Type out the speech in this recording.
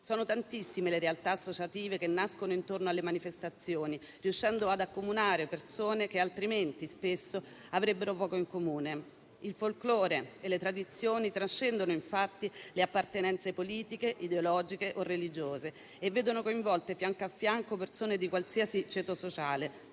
Sono tantissime le realtà associative che nascono intorno alle manifestazioni, riuscendo ad accomunare persone che altrimenti, spesso, avrebbero poco in comune. Il folklore e le tradizioni trascendono infatti le appartenenze politiche, ideologiche o religiose e vedono coinvolte fianco a fianco persone di qualsiasi ceto sociale,